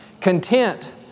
Content